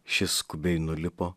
šis skubiai nulipo